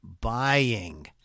buying